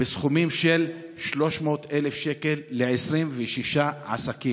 בסכומים של 300,000 שקל ל-26 עסקים.